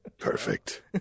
Perfect